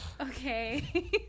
okay